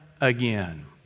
again